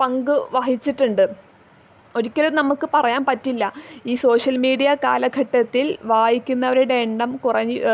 പങ്ക് വഹിച്ചിട്ടുണ്ട് ഒരിക്കലും നമുക്ക് പറയാൻ പറ്റില്ല ഈ സോഷ്യൽ മീഡിയ കാലഘട്ടത്തിൽ വായിക്കുന്നവരുടെ എണ്ണം